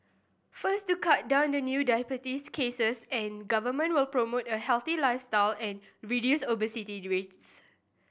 first to cut down on new diabetes cases and Government will promote a healthy lifestyle and reduce obesity rates